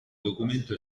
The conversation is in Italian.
documento